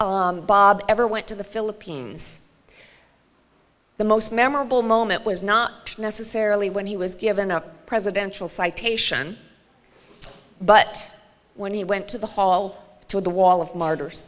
that bob ever went to the philippines the most memorable moment was not necessarily when he was given a presidential citation but when he went to the hall to the wall of m